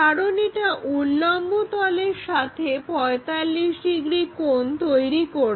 কারণ এটা উল্লম্ব তলের সাথে 45 ডিগ্রি কোণ তৈরি করবে